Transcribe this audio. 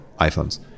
iPhones